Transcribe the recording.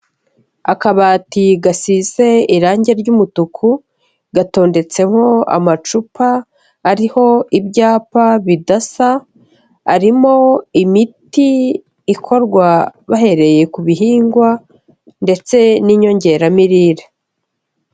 Akabati gasize irangi ry'umutuku gatondetseho amacupa ariho ibyapa bidasa, harimo imiti ikorwa bahereye ku bihingwa ndetse n'inyongeramirire.